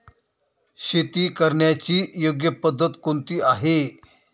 शेती करण्याची योग्य पद्धत कोणती आहे?